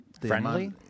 Friendly